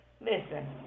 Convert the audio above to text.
listen